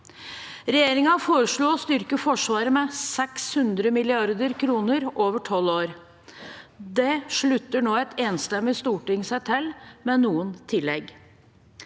Regjeringen foreslo å styrke Forsvaret med 600 mrd. kr over tolv år. Det slutter nå et enstemmig storting seg til, med noen tillegg.